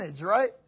right